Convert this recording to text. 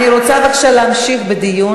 אני רוצה להמשיך בדיון.